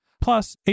Plus